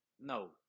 no